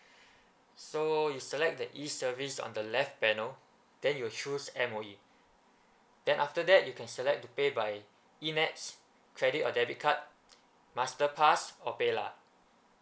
so you select that E service on the left panel then you choose M_O_E then after that you can select to pay by E nets credit or debit card masterpass or paylah